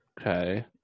Okay